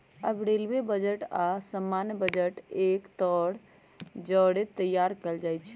अब railway budget आऽ सामान्य बजट एक जौरे तइयार कएल जाइ छइ